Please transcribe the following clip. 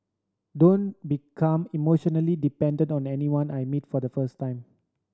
don't become emotionally dependent on anyone I meet for the first time